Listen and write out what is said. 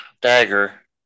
dagger